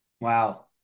Wow